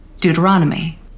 Deuteronomy